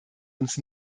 uns